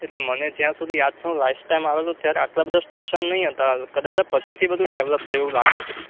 એટલે મને જ્યાં સુધી યાદ છે હું લાસ્ટ ટાઈમ આવેલો ત્યારે આટલાં બધાં સ્ટેશન નહીં હતાં કદાચ આ પછીથી બધું ડેવલપ થયું એવું લાગે છે